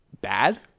bad